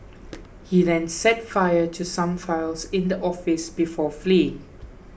he then set fire to some files in the office before fleeing